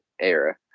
era